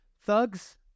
thugs